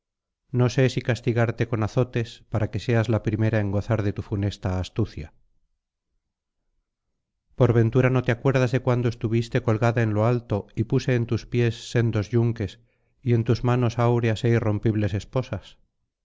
no sé si castigarte con azotes para que seas la primera en gozar de tu funesta astucia por ventura no te acuerdas de cuando estuviste colgada en lo alto y puse en tus pies sendos yunques y en tus manos áureas é irrompibles esposas